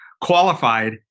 qualified